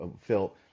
Phil